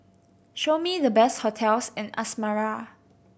show me the best hotels in Asmara